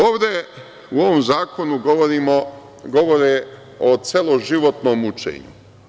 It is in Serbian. Ovde u ovom zakonu govore o celoživotnom učenju.